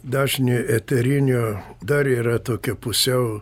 dažnį eterinio dar yra tokia pusiau